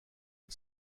and